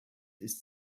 ist